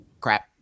crap